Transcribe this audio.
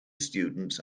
students